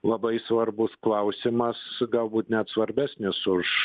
labai svarbus klausimas galbūt net svarbesnis už